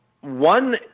one